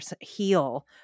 heal